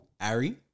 Ari